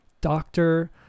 doctor